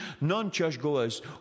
non-churchgoers